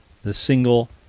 the single,